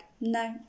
no